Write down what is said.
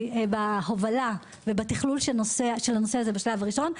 בהובלה ובתכלול של הנושא הזה בשלב הראשון.